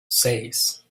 seis